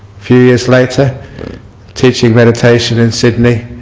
few years later teaching meditation in sydney,